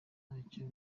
ntacyo